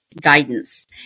guidance